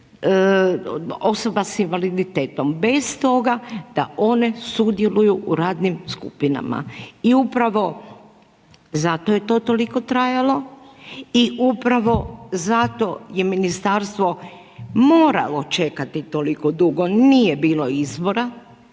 osoba sa invaliditetom, bez toga da one sudjeluju u radnim skupinama. I upravo zato je to toliko trajalo i upravo zato je Ministarstvo moralo čekati toliko dugo, nije bilo izbora.